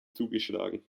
zugeschlagen